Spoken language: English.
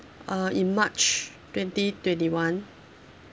uh in march twenty twenty one